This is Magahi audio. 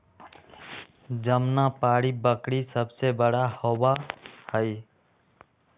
जमुनापारी बकरी सबसे बड़ा होबा हई